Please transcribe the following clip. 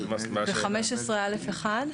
ב-15 א' 1?